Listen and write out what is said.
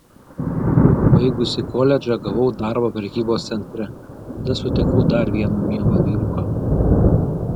baigusi koledžą gavau darbą prekybos centre tada sutikau dar vieną mielą vyruką